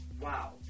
wow